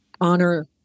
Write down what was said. honor